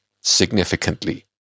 Significantly